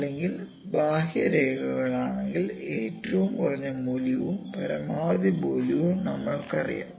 അതിനാൽ ബാഹ്യരേഖകളാണെങ്കിൽ ഏറ്റവും കുറഞ്ഞ മൂല്യവും പരമാവധി മൂല്യവും നമ്മൾക്കറിയാം